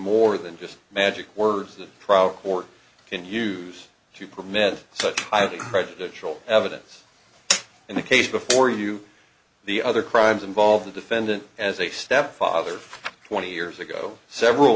more than just magic words that proud court can use to permit such highly prejudicial evidence in the case before you the other crimes involve the defendant as a stepfather for twenty years ago several